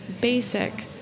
basic